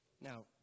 Now